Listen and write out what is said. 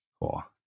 Cool